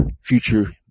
Future